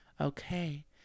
Okay